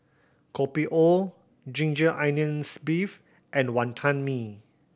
Kopi O ginger onions beef and Wonton Mee